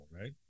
right